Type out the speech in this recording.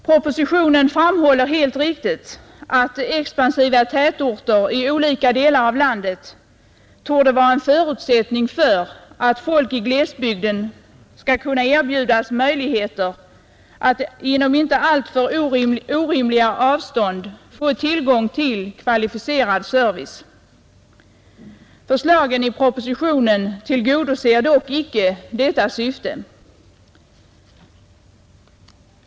Propositionen framhåller helt riktigt att expansiva tätorter i olika delar av landet torde vara en förutsättning för att folk i glesbygden skall kunna erbjudas möjligheter att inom inte alltför orimliga avstånd få tillgång till kvalificerad service. Förslagen i propositionen tillgodoser dock icke dessa syften.